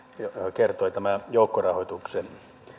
kertoi tämä joukkorahoituksen